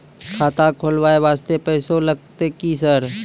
खाता खोलबाय वास्ते पैसो लगते की सर?